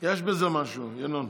יש בזה משהו, ינון.